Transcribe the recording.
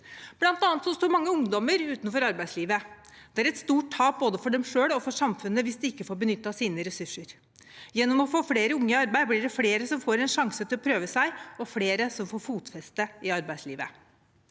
Blant annet står mange ungdommer utenfor arbeidslivet. Det er et stort tap både for dem selv og for samfunnet hvis de ikke får benyttet sine ressurser. Gjennom å få flere unge i arbeid blir det flere som får en sjanse til å prøve seg, og flere som får fotfeste i arbeidslivet.